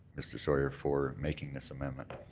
mr. sawyer, for making this amendment.